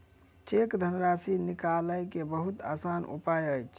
cheque धनराशि निकालय के बहुत आसान उपाय अछि